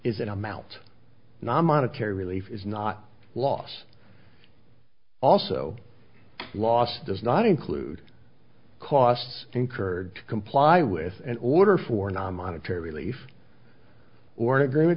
is in amounts non monetary relief is not loss also loss does not include costs incurred to comply with an order for non monetary relief or an agreement